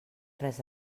res